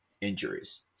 Injuries